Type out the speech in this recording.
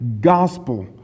gospel